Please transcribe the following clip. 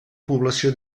població